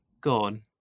Gone